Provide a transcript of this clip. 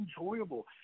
enjoyable